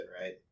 right